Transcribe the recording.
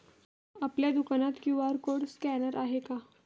आपल्या दुकानात QR code scanner आहे का?